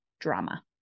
drama